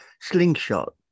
slingshot